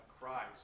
Christ